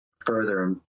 further